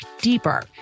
deeper